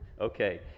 okay